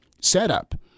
setup